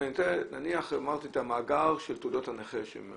נניח המאגר של תעודות הנכה שהם מנפיקים.